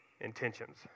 intentions